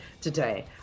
today